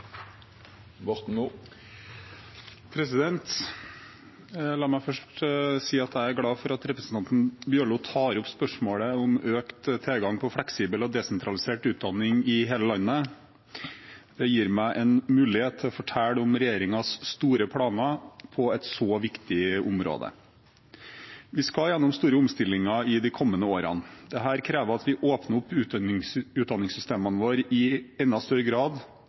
glad for at representanten Bjørlo tar opp spørsmålet om økt tilgang på fleksibel og desentralisert utdanning i hele landet. Det gir meg en mulighet til å fortelle om regjeringens store planer på et så viktig område. Vi skal gjennom store omstillinger i de kommende årene. Dette krever at vi åpner opp utdanningssystemene våre i enda større grad